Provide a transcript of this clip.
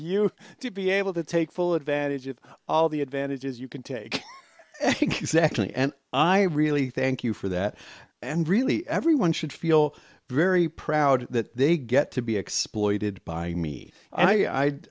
you to be able to take full advantage of all the advantages you can take actually and i really thank you for that and really everyone should feel very proud that they get to be exploited by me